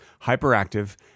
hyperactive